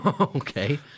Okay